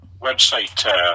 website